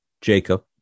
Jacob